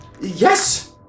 Yes